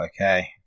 okay